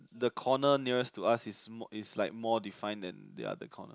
the corner nearer to us is more is like more define than the other corner